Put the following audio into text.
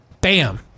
Bam